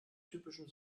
typischen